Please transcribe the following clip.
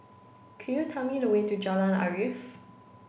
could you tell me the way to Jalan Arif